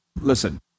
listen